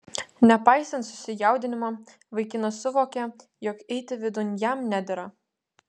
nepaisant susijaudinimo vaikinas suvokė jog eiti vidun jam nedera